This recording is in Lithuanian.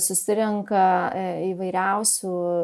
susirenka įvairiausių